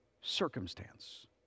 circumstance